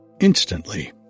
Instantly